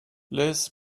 liz